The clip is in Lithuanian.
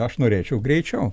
aš norėčiau greičiau